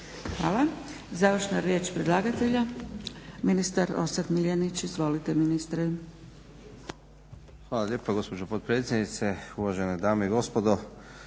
Hvala. Završna riječ predlagatelja, ministar Orsat Miljanić. Izvolite ministre. **Miljenić, Orsat** Hvala lijepa gospođo potpredsjednice, uvažene dame i gospodo.